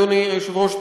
אדוני היושב-ראש,